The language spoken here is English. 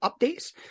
updates